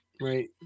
Right